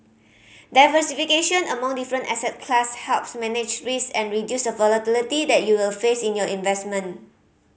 diversification among different asset class helps manage risk and reduce the volatility that you will face in your investment